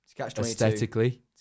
aesthetically